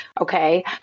okay